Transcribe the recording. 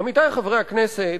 עמיתי חברי הכנסת,